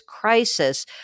crisis